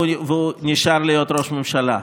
והוא נשאר להיות ראש ממשלה.